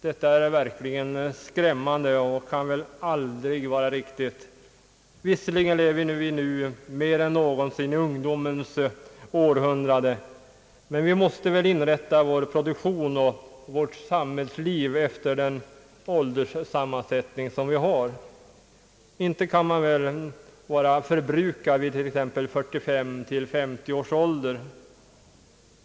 Detta är verkligen skrämmande och kan väl aldrig vara riktigt. Visserligen lever vi nu mer än någonsin i ungdomens århundrade, men vi måste väl inrätta vår produktion och vårt samhällsliv efter den ålderssammansättning som vi har. Inte kan väl en människa vara förbrukad vid t.ex. 45—50 års ålder.